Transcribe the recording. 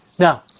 Now